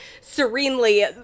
serenely